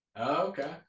Okay